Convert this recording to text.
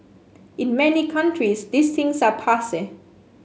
in many countries these things are passe